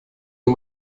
nur